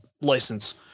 license